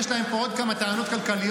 יש להם פה עוד כמה טענות כלכליות,